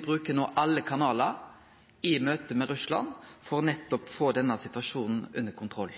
Bruker me no alle kanalar i møte med Russland for nettopp å få denne situasjonen under kontroll?